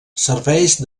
serveix